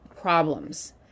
problems